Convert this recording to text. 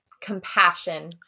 compassion